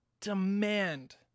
demand